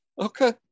okay